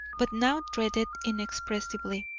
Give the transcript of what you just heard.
but now dreaded inexpressibly,